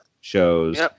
shows